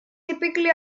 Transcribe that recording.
typically